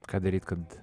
ką daryt kad